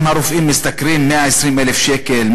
אם הרופאים משתכרים 120,000 שקל,